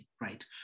right